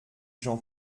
jean